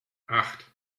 acht